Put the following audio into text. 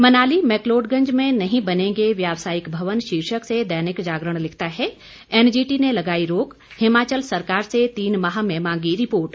मनाली मैक्लोडगंज में नहीं बनेंगे व्यावसायिक भवन शीर्षक से दैनिक जागरण ने लिखता है एनजीटी ने लगाई रोक हिमाचल सरकार से तीन माह में मांगी रिपोर्ट